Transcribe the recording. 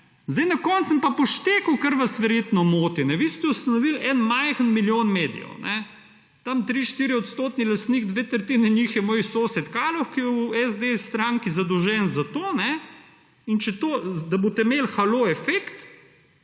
na koncu sem pa poštekal, kar vas verjetno moti. Vi ste ustanovili en majhen milijon medijev. Tam 3, 4-odstotni lastnik dve tretjine njih je moj sosed Kaloh, ki je v SDS stranki zadolžen za to. In če to… Da boste imeli halo efekt